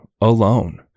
alone